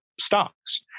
stocks